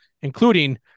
including